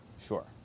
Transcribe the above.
Sure